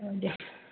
औ दे